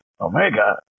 Omega